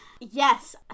Yes